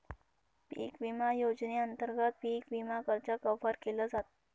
पिक विमा योजनेअंतर्गत पिक विमा कर्ज कव्हर केल जात